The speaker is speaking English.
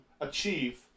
achieve